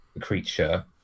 creature